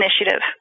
Initiative